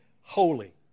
holy